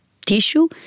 tissue